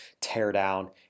teardown